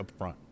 upfront